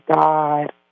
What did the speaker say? God